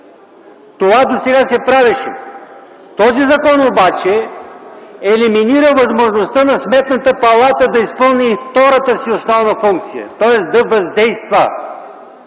Това досега се правеше. Този законопроект обаче елиминира възможността на Сметната палата да изпълни и втората си основна функция, тоест да въздейства!